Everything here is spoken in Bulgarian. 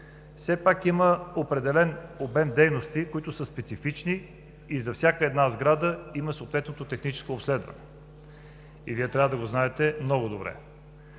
Все пак има определен обем дейности, които са специфични, и за всяка една сграда има съответното техническо обследване и Вие трябва да го знаете много добре.